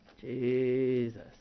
Jesus